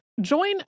Join